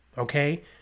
Okay